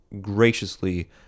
graciously